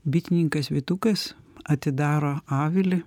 bitininkas vytukas atidaro avilį